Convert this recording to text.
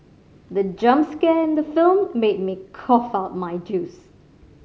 the jump scare in the film made me cough out my juice